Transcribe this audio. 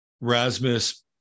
Rasmus